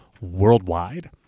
worldwide